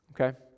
okay